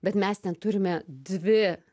bet mes ten turime dvi